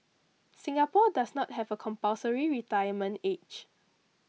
Singapore does not have a compulsory retirement age